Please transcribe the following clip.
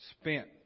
spent